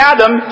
Adam